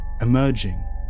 Emerging